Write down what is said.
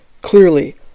Clearly